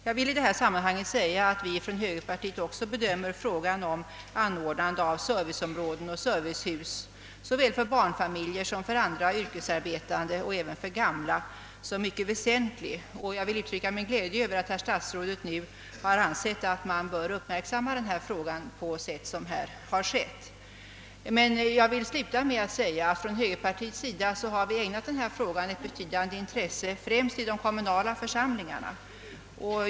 Jag vill i detta sammanhang säga att vi inom högerpartiet bedömer frågan om anordnande av serviceområden och servicehus såväl för barnfamiljer som för andra yrkesarbetande och även för gamla som mycket väsentlig. Jag vill uttrycka min glädje över att herr statsrådet nu ansett att man bör uppmärk samma frågan på sätt som här har skett. Inom högerpartiet har denna fråga ägnats ett betydande intresse, främst i de kommunala församlingarna.